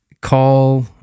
call